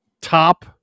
top